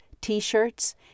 T-shirts